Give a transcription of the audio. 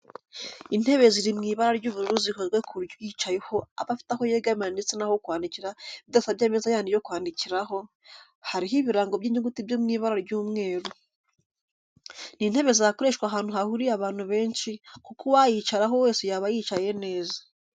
Intebe ziri mu ibara ry'ubururu zikozwe ku buryo uyicayeho aba afite aho yegamira ndetse n'aho kwandikira bidasabye ameza yandi yo kwandikiraho, hariho ibirango by'inyuguti byo mu ibara ry'umweru. Ni intebe zakoreshwa ahantu hahuriye abantu benshi kuko uwayicaraho wese yaba yicaye neza.